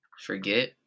forget